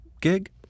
gig